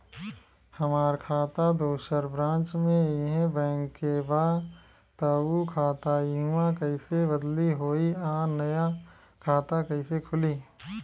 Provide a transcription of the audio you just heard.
हमार खाता दोसर ब्रांच में इहे बैंक के बा त उ खाता इहवा कइसे बदली होई आ नया खाता कइसे खुली?